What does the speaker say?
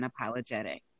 unapologetic